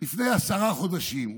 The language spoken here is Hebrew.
לפני עשרה חודשים,